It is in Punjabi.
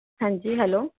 ਹਾਂਜੀ ਹੈਲੋ